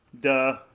duh